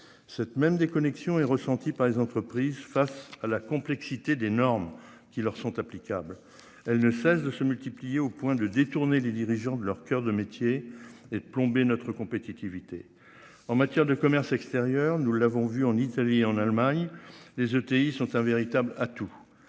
Cette même des connexions et ressenties par les entreprises face à la complexité des normes qui leur sont applicables. Elles ne cessent de se multiplier au point de détourner les dirigeants de leur coeur de métier et plombé notre compétitivité. En matière de commerce extérieur, nous l'avons vu en Italie, en Allemagne les ETI sont un véritable atout.